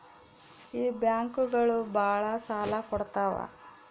ಈ ಬ್ಯಾಂಕುಗಳು ಭಾಳ ಸಾಲ ಕೊಡ್ತಾವ